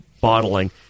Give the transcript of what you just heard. bottling